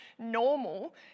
normal